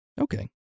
Okay